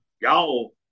y'all